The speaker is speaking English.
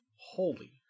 holy